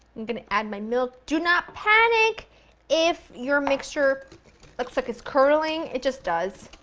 i'm going to add my milk, do not panic if your mixture looks like it's curdling, it just does.